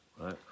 right